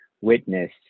witness